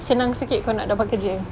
senang sikit kau nak dapat kerja